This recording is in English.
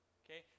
okay